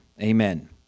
Amen